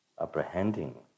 apprehending